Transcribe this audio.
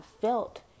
felt